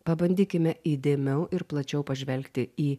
pabandykime įdėmiau ir plačiau pažvelgti į